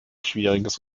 schwieriges